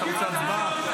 אתה רוצה הצבעה?